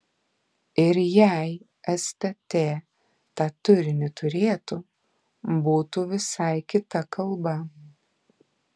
ir jei stt tą turinį turėtų būtų visai kita kalba